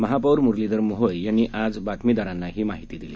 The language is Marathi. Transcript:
महापौर मूरलीधर मोहोळ यांनी आज बातमीदारांना ही माहिती दिली